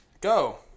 Go